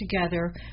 together